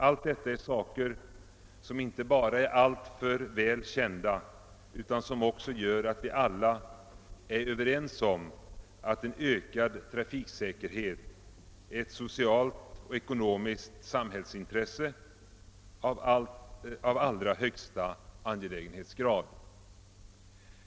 Allt detta är ting som inte bara är alltför välkända utan som också gör att vi är överens om att ökad trafiksäkerhet är ett socialt och ekonomiskt samhällsintresse av högsta angelägenhetsgrad.